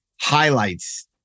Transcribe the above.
highlights